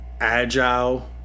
agile